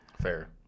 Fair